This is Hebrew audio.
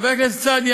חבר הכנסת סעדי,